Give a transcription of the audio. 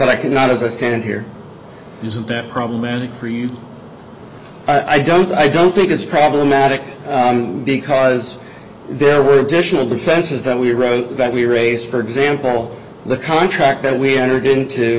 that i cannot as i stand here isn't that problematic for you i don't i don't think it's problematic because there were additional defenses that we wrote that we raise for example the contract that we entered into